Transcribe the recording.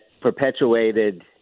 perpetuated